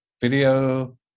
video